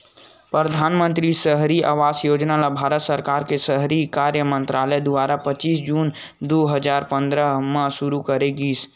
परधानमंतरी सहरी आवास योजना ल भारत सरकार के सहरी कार्य मंतरालय दुवारा पच्चीस जून दू हजार पंद्रह म सुरू करे गिस